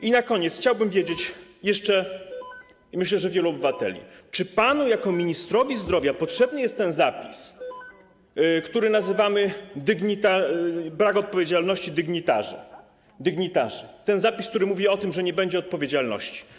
I na koniec: chciałbym wiedzieć - jeszcze, myślę, wielu obywateli też - czy panu jako ministrowi zdrowia potrzebny jest ten zapis, który nazywamy zapisem o braku odpowiedzialności dygnitarzy, ten zapis, który mówi o tym, że nie będzie odpowiedzialności.